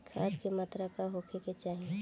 खाध के मात्रा का होखे के चाही?